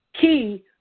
key